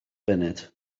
funud